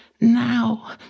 Now